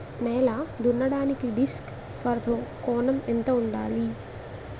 నేల దున్నడానికి disc furrow కోణం ఎంత ఉండాలి?